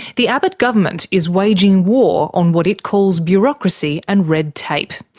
the abbott government is waging war on what it calls bureaucracy and red tape.